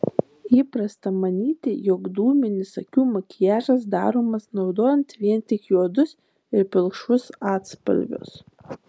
įprasta manyti jog dūminis akių makiažas daromas naudojant vien tik juodus ir pilkšvus atspalvius